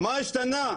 מה השתנה?